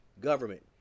government